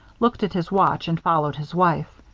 looked at his watch, and followed his wife.